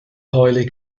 highly